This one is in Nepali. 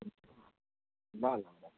ल ल ल